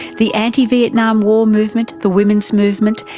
the anti-vietnam war movement, the women's movement,